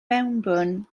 mewnbwn